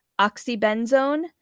oxybenzone